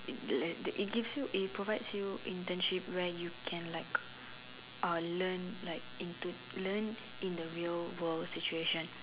like it gives you it provides you internship right you can like uh learn like into learn in the real world situation